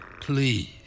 Please